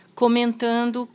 comentando